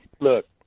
Look